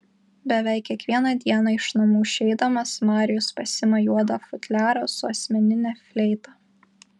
beveik kiekvieną dieną iš namų išeidamas marijus pasiima juodą futliarą su asmenine fleita